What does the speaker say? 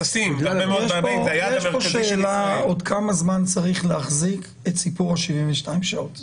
השאלה היא עוד כמה זמן צריך להחזיק את סיפור ה-72 שעות.